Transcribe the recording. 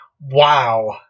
Wow